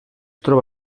troba